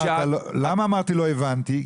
למה אמרתי שלא הבנתי?